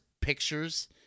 pictures